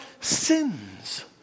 sins